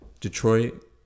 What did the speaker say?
Detroit